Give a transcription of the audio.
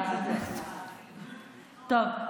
טוב,